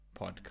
Podcast